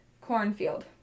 cornfield